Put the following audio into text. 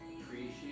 appreciate